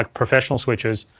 ah professional switchers.